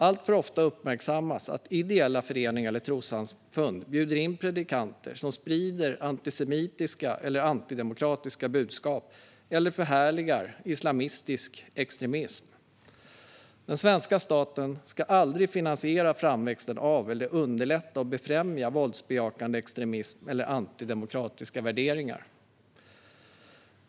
Alltför ofta uppmärksammas att ideella föreningar eller trossamfund bjuder in predikanter som sprider antisemitiska eller antidemokratiska budskap eller förhärligar islamistisk extremism. Den svenska staten ska aldrig finansiera framväxten av eller underlätta och befrämja våldsbejakande extremism och antidemokratiska värderingar.